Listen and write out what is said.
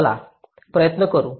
चला प्रयत्न करू